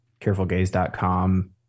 carefulgaze.com